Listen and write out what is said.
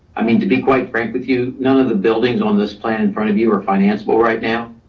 i mean, to be quite frank with you, none of the buildings on this plan in front of you are financeable right now,